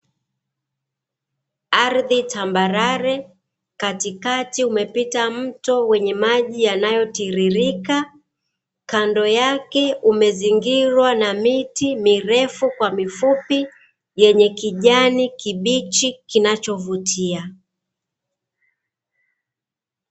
Ardhi tambarare, katikati umepita mto wenye maji yanayotiririka, kando yake umezingirwa na miti mirefu kwa mifupi, yenye kijani kibichi kinachovutia.